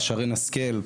שרן השכל,